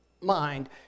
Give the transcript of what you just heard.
mind